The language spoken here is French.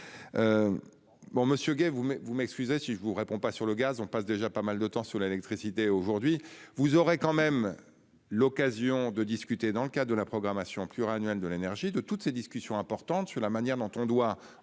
vous mais vous m'excuser si je vous réponds pas sur le gaz on passe déjà pas mal de temps sur l'électricité aujourd'hui, vous aurez quand même l'occasion de discuter dans le cas de la programmation pluriannuelle de l'énergie de toutes ces discussions importantes sur la manière dont on doit envisager